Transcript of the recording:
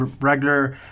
regular